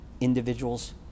individuals